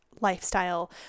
lifestyle